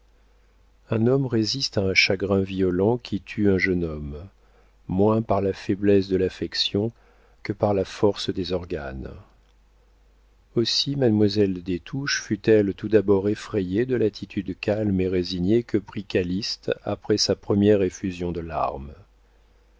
un homme résiste à un chagrin violent qui tue un jeune homme moins par la faiblesse de l'affection que par la force des organes aussi mademoiselle des touches fut-elle tout d'abord effrayée de l'attitude calme et résignée que prit calyste après sa première effusion de larmes